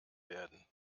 werden